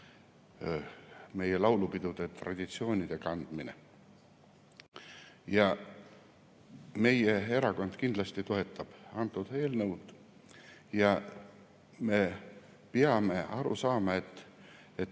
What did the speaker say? meie laulupidude traditsiooni kandmine. Meie erakond kindlasti toetab seda eelnõu. Me peame aru saama, et